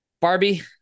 Barbie